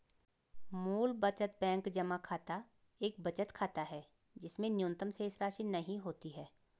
मूल बचत बैंक जमा खाता एक बचत खाता है जिसमें न्यूनतम शेषराशि नहीं होती है